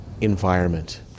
environment